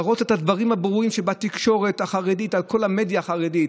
להראות את הדברים הברורים בתקשורת החרדית ובמדיה החרדית,